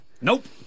Nope